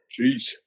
Jeez